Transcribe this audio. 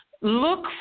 Look